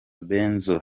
benzo